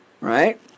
Right